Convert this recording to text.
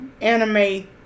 anime